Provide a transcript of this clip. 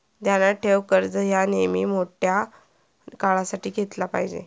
ध्यानात ठेव, कर्ज ह्या नेयमी मोठ्या काळासाठी घेतला पायजे